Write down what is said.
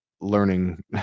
learning